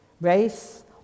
race